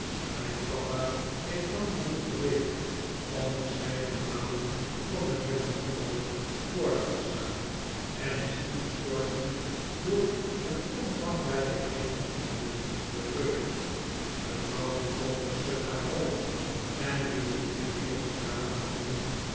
mijn papa heeft lang genoeg geleefd om verscheidene malen voor mijnheer micawber borg te staan en is toen gestorven door een omvangrijken kring van vrienden betreurd mevrouw micawber schudde haar hoofd en liet een eerbiedigen traan vallen